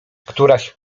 któraś